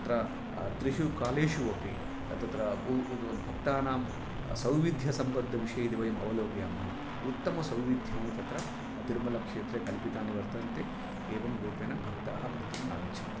तत्र त्रिषु कालेषु अपि तत्र भक्तानां सौविध्यसम्बन्धविषये यदि वयम् अवलोकयामः उत्तमसौविध्यानि तत्र तिरुमलक्षेत्रे कल्पितानि वर्तन्ते एवं रूपेण भक्ताः प्रतिदिनम् आगच्छन्ति